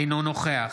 אינו נוכח